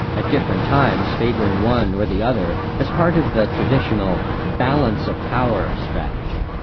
at different times favouring one or the other as part of the traditional balance of power strategy.